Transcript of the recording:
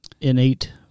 innate